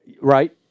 Right